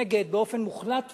נגד באופן מוחלט וטוטלי.